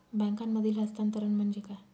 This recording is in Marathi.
बँकांमधील हस्तांतरण म्हणजे काय?